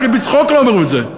אפילו בצחוק לא אומרים את זה.